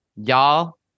y'all